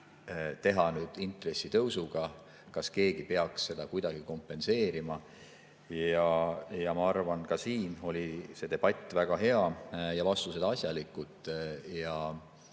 teha nüüd intresside tõusuga. Kas keegi peaks seda kuidagi kompenseerima? Ja ma arvan, et ka see debatt oli väga hea ja vastuseid asjalikud.